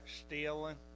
stealing